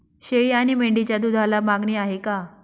शेळी आणि मेंढीच्या दूधाला मागणी आहे का?